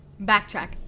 backtrack